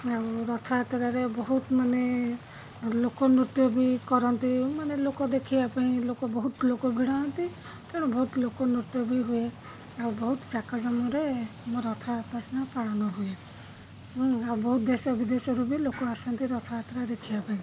ଆଉ ରଥଯାତ୍ରାରେ ବହୁତ ମାନେ ଲୋକନୃତ୍ୟ ବି କରନ୍ତି ମାନେ ଲୋକ ଦେଖିବା ପାଇଁ ଲୋକ ବହୁତ ଲୋକ ଭିଡ଼ ହୁଅନ୍ତି ତେଣୁ ବହୁତ ଲୋକ ନୃତ୍ୟ ବି ହୁଏ ଆଉ ବହୁତ ଜାକଜମକରେ ଆମ ରଥଯାତ୍ରାଟା ପାଳନ ହୁଏ ଆଉ ବହୁତ ଦେଶ ବିଦେଶରୁ ବି ଲୋକ ଆସନ୍ତି ରଥଯାତ୍ରା ଦେଖିବା ପାଇଁ